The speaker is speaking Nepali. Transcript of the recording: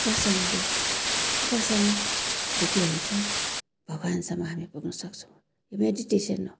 उपासनाले उपासनाले के हुन्छ भगवानसम्म हामी पुग्न सक्छौँ यो मेडिटेसन हो